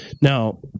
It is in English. Now